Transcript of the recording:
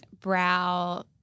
brow